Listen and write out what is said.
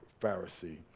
Pharisee